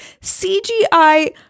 CGI